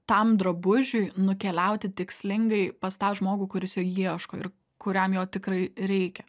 tam drabužiui nukeliauti tikslingai pas tą žmogų kuris jo ieško ir kuriam jo tikrai reikia